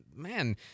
Man